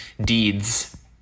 deeds